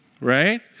Right